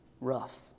rough